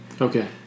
Okay